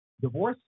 divorce